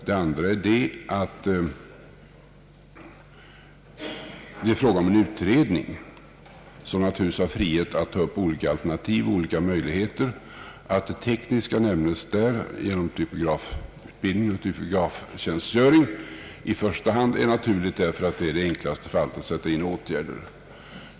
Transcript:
Det andra är att det är fråga om en utredning, som naturligtvis har frihet att ta upp olika alternativ och möjligheter. Det är naturligt att det tekniska i första hand har nämnts, genom typografutbildning och typograftjänstgöring, därför att det är det enklaste sättet att vidta åtgärder.